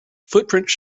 footprints